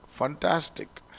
Fantastic